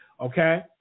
Okay